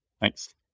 Thanks